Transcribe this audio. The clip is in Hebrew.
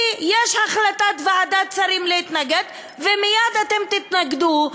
כי יש החלטת ועדת שרים להתנגד ומייד אתם תתנגדו,